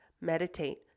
Meditate